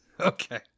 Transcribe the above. okay